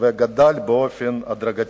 וגדל באופן הדרגתי.